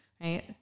right